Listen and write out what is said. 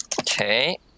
Okay